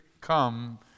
come